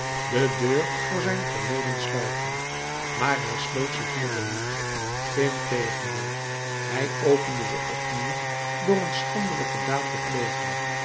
de deur voor zijn verleden sluiten maar hij sloot ze hierdoor niet integendeel hij opende ze opnieuw door een schandelijke daad te plegen